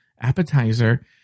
appetizer